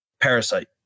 Parasite